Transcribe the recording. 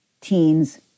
teens